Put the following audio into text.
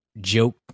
joke